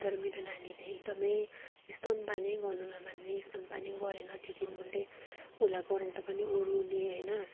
तर मेरो नानीले एकदमै स्तन पानै गर्नु नमान्ने स्तन पानै गरेन त्यो दिन उसले उसलाई गराउँदा पनि उ रुने होइन